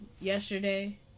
yesterday